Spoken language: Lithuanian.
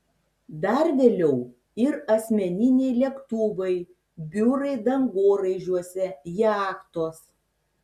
dar vėliau ir asmeniniai lėktuvai biurai dangoraižiuose jachtos